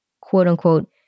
quote-unquote